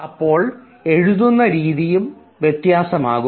അപ്പോൾ എഴുതുന്ന രീതിയും വ്യത്യസ്തമാകും